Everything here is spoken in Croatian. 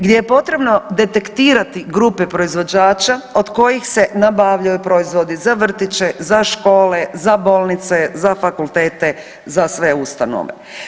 Gdje je potrebno detektirati grupe proizvođača od kojih se nabavljaju proizvodi za vrtiće, za škole, za bolnice, za fakultete, za sve ustanove.